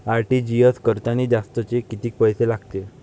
RTGS करतांनी जास्तचे कितीक पैसे लागते?